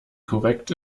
korrekt